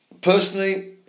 Personally